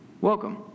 Welcome